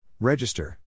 Register